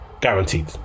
guaranteed